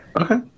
Okay